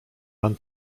pan